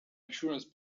insurance